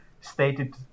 stated